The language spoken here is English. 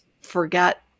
forget